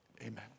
amen